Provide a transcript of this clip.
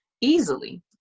easily